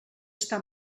està